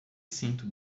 sinto